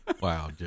Wow